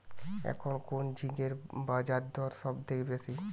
এখন কোন ঝিঙ্গের বাজারদর সবথেকে বেশি?